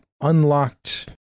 unlocked